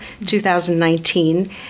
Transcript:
2019